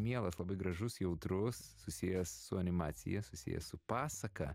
mielas labai gražus jautrus susijęs su animacija susijęs su pasaka